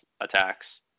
attacks